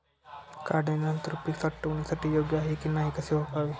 काढणी नंतर पीक साठवणीसाठी योग्य आहे की नाही कसे ओळखावे?